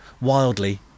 wildly